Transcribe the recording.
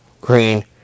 green